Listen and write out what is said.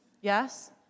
Yes